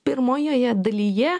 pirmojoje dalyje